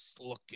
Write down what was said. looking